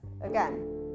again